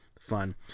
fun